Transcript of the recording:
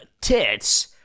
tits